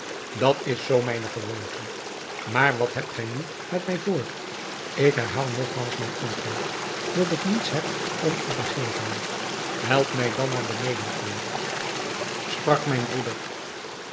dat is zoo mijne gewoonte maar wat hebt gij nu met mij voor ik herhaal nogmaals mijn antwoord dat ik niets heb om u te geven help mij dan naar beneden gaan sprak min broeder